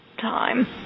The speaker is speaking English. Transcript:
time